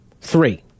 three